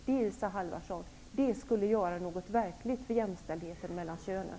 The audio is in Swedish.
Det, Isa Halvarsson, skulle göra något verkligt för jämställdheten mellan könen.